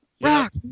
rock